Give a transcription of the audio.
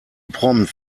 prompt